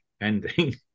ending